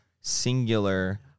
singular